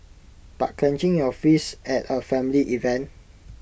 but clenching your fists at A family event